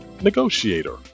Negotiator